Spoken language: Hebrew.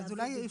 רק אם אפשר